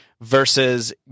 versus